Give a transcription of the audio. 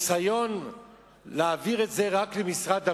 הניסיון להעביר את זה רק למשרד הפנים,